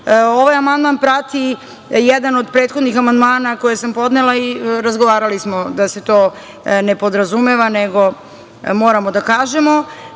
amandman prati jedna od prethodnih amandmana koji sam podnela, razgovarali smo da se to ne podrazumeva, nego moramo da kažemo,